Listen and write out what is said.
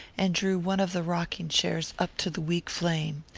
and drew one of the rocking-chairs up to the weak flame.